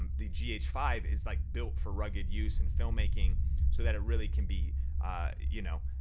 the g h five is like built for rugged use in filmmaking so that it really can be you know